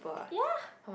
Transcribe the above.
ya